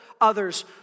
others